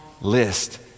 list